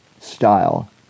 style